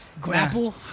grapple